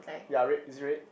ya red it's red